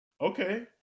Okay